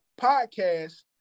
podcast